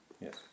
Yes